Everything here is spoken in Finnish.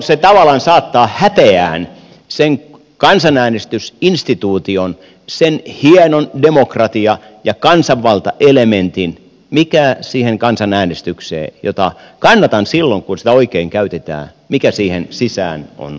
se tavallaan saattaa häpeään sen kansanäänestysinstituution sen hienon demokratia ja kansanvaltaelementin mikä siihen kansanäänestykseen jota kannatan silloin kun sitä oikein käytetään sisään on leivottu